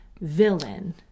villain